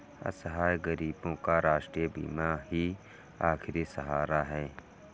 असहाय गरीबों का राष्ट्रीय बीमा ही आखिरी सहारा है